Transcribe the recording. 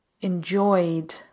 enjoyed